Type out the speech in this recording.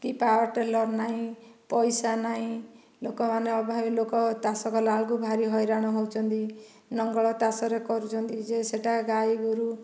କି power tiller ନାହିଁ ପଇସା ନାହିଁ ଲୋକମାନେ ଅଭାବି ଲୋକ ଚାଷ କଲାବେଳକୁ ଭାରି ହଇରାଣ ହେଉଛନ୍ତି ନଙ୍ଗଳ ଚାଷରେ କରୁଛନ୍ତି ଯେ ସେ'ଟା ଗାଈ ଗୋରୁ